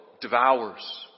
devours